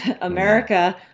America